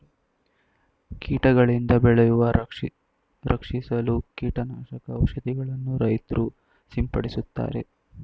ಕೀಟಗಳಿಂದ ಬೆಳೆಯನ್ನು ರಕ್ಷಿಸಲು ಕೀಟನಾಶಕ ಔಷಧಿಗಳನ್ನು ರೈತ್ರು ಸಿಂಪಡಿಸುತ್ತಾರೆ